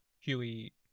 Huey